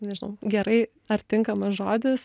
nežinau gerai ar tinkamas žodis